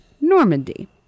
Normandy